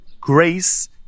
grace